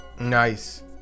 nice